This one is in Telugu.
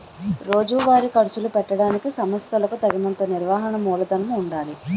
రోజువారీ ఖర్చులు పెట్టడానికి సంస్థలకులకు తగినంత నిర్వహణ మూలధనము ఉండాలి